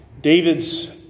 David's